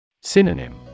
Synonym